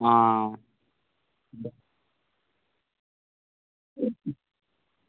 हां